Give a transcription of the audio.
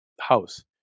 house